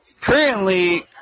currently